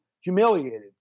humiliated